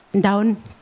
down